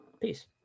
Peace